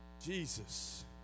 Jesus